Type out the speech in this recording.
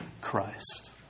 Christ